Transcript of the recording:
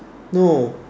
no